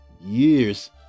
years